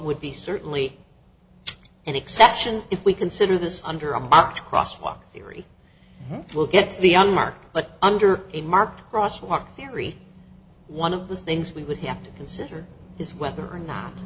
would be certainly an exception if we consider this under a crosswalk theory will get the young mark but under a marked cross walk theory one of the things we would have to consider is whether or not